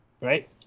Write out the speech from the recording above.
Right